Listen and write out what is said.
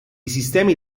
sistemi